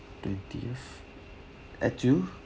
twentieth of june